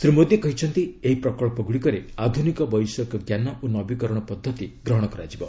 ଶ୍ରୀ ମୋଦି କହିଛନ୍ତି ଏହି ପ୍ରକ୍ସଗୁଡ଼ିକରେ ଆଧୁନିକ ବୈଷୟିକ ଜ୍ଞାନ ଓ ନବୀକରଣ ପଦ୍ଧତି ଗ୍ରହଣ କରାଯିବ